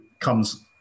comes